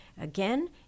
Again